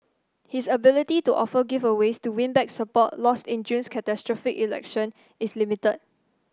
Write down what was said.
his ability to offer giveaways to win back support lost in June's catastrophic election is limited